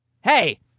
hey